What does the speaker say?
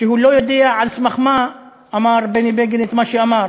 שהוא לא יודע על סמך מה אמר בני בגין את מה שהוא אמר,